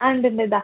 ആ ഉണ്ട് ഉണ്ട് ഇതാ